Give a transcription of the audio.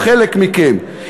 הוא חלק מכם,